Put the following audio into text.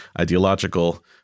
ideological